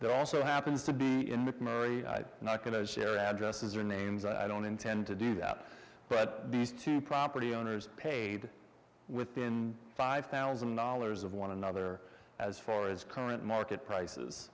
that also happens to be married i'm not going to share addresses or names i don't intend to do that but these two property owners paid within five thousand dollars of one another as far as current market prices